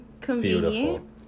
convenient